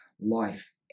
life